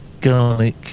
Garlic